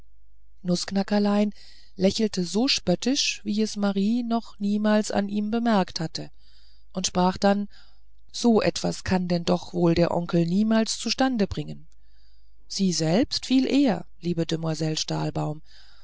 nußknackerlein lächelte so spöttisch wie es marie noch niemals an ihm bemerkt hatte und sprach dann so etwas kann denn doch wohl der onkel niemals zustande bringen sie selbst viel eher liebe